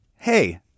hey